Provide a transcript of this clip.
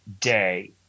day